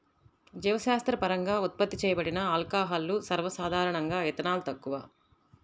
జీవశాస్త్రపరంగా ఉత్పత్తి చేయబడిన ఆల్కహాల్లు, సర్వసాధారణంగాఇథనాల్, తక్కువ